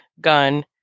gun